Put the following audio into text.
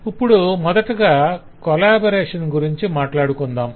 ఇప్పుడు మొదటగా కొలాబరేషన్ గురించి మాట్లాడుకుందాం